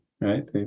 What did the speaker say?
right